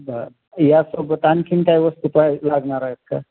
बरं यासोबत आ आणखी काय वस्तू काय लागणार आहेत का